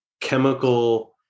chemical